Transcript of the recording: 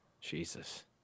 jesus